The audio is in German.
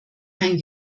kein